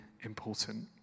important